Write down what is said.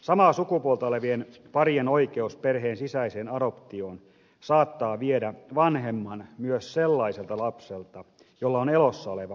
samaa sukupuolta olevien parien oikeus perheen sisäiseen adoptioon saattaa viedä vanhemman myös sellaiselta lapselta jolla on elossa oleva biologinen vanhempi